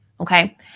Okay